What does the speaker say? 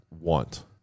want